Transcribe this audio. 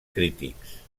crítics